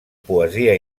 poesia